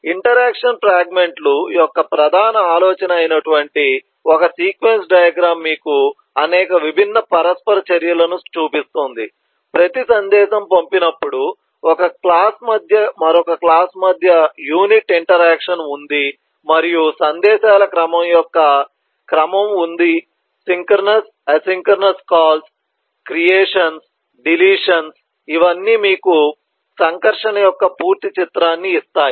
interaction fragment లు యొక్క ప్రధాన ఆలోచన అయినటువంటి ఒక సీక్వెన్స్ డయాగ్రమ్ మీకు అనేక విభిన్న పరస్పర చర్యలను చూపిస్తుంది ప్రతి సందేశం పంపినప్పుడు ఒక క్లాస్ మధ్య మరొక క్లాస్ మధ్య యూనిట్ ఇంటరాక్షన్ ఉంది మరియు సందేశాల క్రమం యొక్క క్రమం ఉంది synchronous asynchronous calls creations deletions ఇవన్నీ మీకు సంకర్షణ యొక్క పూర్తి చిత్రాన్ని ఇస్తాయి